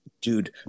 dude